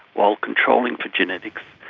while controlling for genetics.